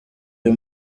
uyu